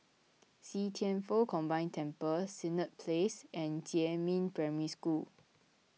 See Thian Foh Combined Temple Senett Place and Jiemin Primary School